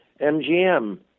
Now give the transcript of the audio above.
MGM